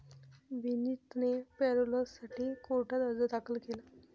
विनीतने पॅरोलसाठी कोर्टात अर्ज दाखल केला